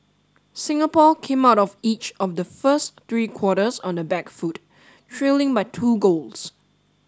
Singapore came out of each of the first three quarters on the back foot trailing by two goals